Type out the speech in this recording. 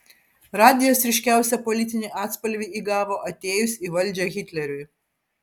radijas ryškiausią politinį atspalvį įgavo atėjus į valdžią hitleriui